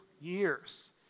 years